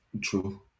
True